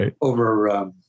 over